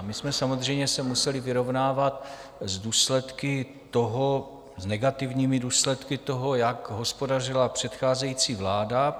My jsme se samozřejmě museli vyrovnávat s důsledky toho, s negativními důsledky toho, jak hospodařila předcházející vláda.